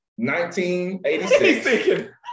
1986